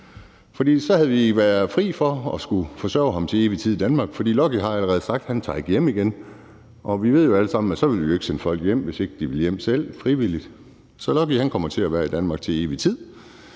for så havde vi været fri for at skulle forsørge ham til evig tid i Danmark. For Lucky har allerede sagt, at han ikke tager hjem igen, og vi ved jo alle sammen, at så vil vi ikke sende folk hjem, altså hvis de ikke selv vil hjem frivilligt. Så Lucky kommer til at være i Danmark til evig tid